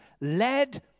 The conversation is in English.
led